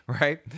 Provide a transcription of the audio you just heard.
right